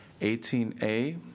18A